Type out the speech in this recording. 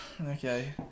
Okay